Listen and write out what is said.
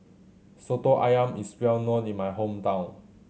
Soto Ayam is well known in my hometown